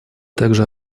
также